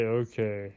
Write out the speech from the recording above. okay